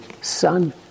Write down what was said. Son